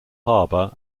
harbor